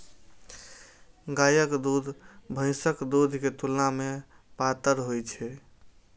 गायक दूध भैंसक दूध के तुलना मे पातर होइ छै